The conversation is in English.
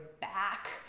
back